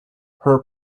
her